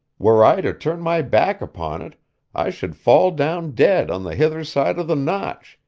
were i to turn my back upon it i should fall down dead on the hither side of the notch,